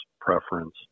preference